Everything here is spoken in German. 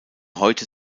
heute